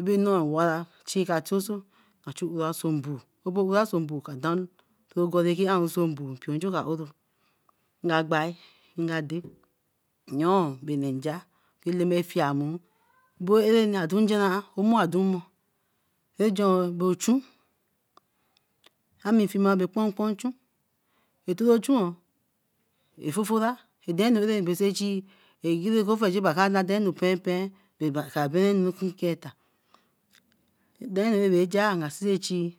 Abe nnoo awara nga tunso chu owaa so mbuo, ura so mbuo ka dari ooro ki aru so mbuo ka oro nga gbae ade yoo bae nne nja Eleme fiemuru buh arari adunja aah, omor odun mor. Rajon bo ochun. Amifiema bae kpan kpoin ochu ochun oo a fufura a denu ra do sai chi oku ofeigi kara dan denu pein pein baeba ka baen anu achieta. Denu bere jah sai chi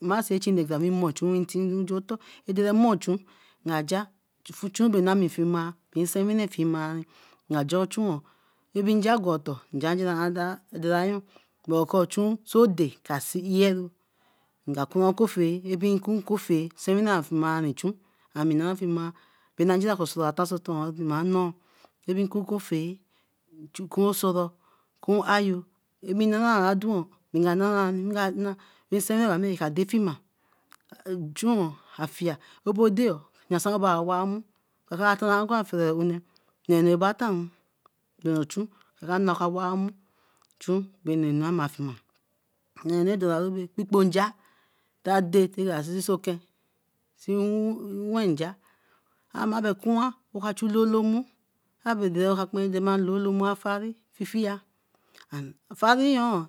mai sai chi mai see achi ma mor ochun, atin juan otor. Dere mo ochun na jar, ochun a fiema, nsewine fiema, ma jah ochun oo, bae jah gwan otor bae ko ochun ode ka see earu, nga kun okoffea, bin kun koffea sewine afumanu nchun ami nah fimah nnoi time kun koffea, kun osoro kun ayo, adun raka na nsewine bra mi ka dey fima achun afie yesode oo, yasanru abae a wa nmu kakara toraru gwan une nja ba tanru ochun ra ka na ka wa mmu chun bae anuna mafima, anuradalaru bae kpi kponjah a day raka see so ken see wen nja ama bae kwan chu ololo nmu abe dey oka kpari deye lolo mmu afari, afari yoon